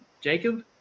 Jacob